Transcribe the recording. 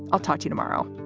i'll talk to you tomorrow